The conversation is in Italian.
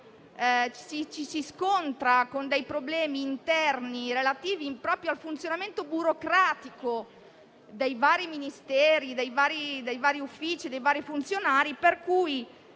ci si scontra con problemi interni relativi proprio al funzionamento burocratico dei vari Ministeri, uffici e funzionari.